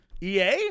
EA